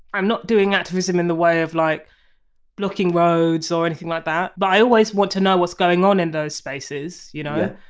i'm not doing activism in the way of like blocking roads or anything like that but i always want to know what's going on in those spaces, you know.